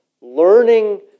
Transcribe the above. learning